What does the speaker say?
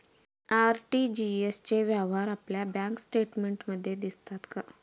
RTGS चे व्यवहार आपल्या बँक स्टेटमेंटमध्ये दिसतात का?